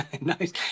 Nice